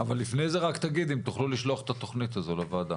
אבל לפני זה רק תגיד אם תוכלו לשלוח את התוכנית הזו לוועדה.